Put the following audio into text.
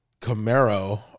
Camaro